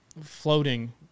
floating